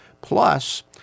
plus